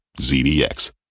ZDX